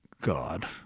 God